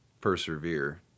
persevere